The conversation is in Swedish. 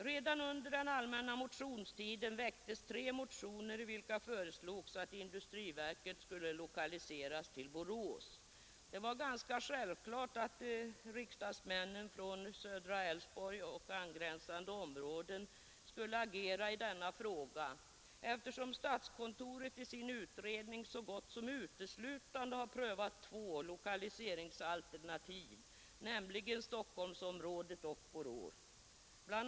Redan under den allmänna motionstiden väcktes tre motioner i vilka föreslogs att industriverket skulle lokaliseras till Borås. Det var ganska självklart att riksdagsmännen från Södra Älvsborg och angränsande områden skulle agera i denna fråga, eftersom statskontoret i sin utredning så gott som uteslutande har prövat två lokaliseringsalternativ, nämligen Stockholmsområdet och Borås. Bl.